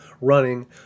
running